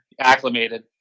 acclimated